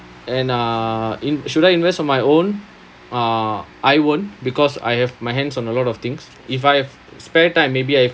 and uh in~ should I invest on my own uh I won't because I have my hands on a lot of things if I have spare time maybe I